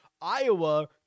Iowa